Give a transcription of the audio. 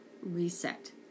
reset